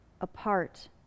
apart